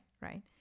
right